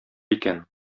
икән